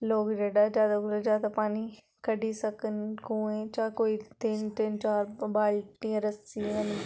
लोक जेह्ड़ा जादै कोला जादै पानी कड्ढी सकन कुएं चा कोई तिन्न तिन्न चार बाल्टियां रस्सी कन्नै